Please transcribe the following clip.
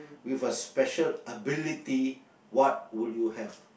with a special ability what would you have